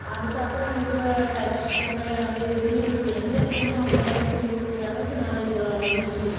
அதுக்கப்புறம் இப்போ touch phone அது இதுன்னு இப்போ எங்கே இருக்கிறோமோ அங்கேருந்து பேசிக்கிற அளவுக்கு நாலேஜி வளந்துடுச்சி